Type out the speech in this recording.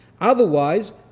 Otherwise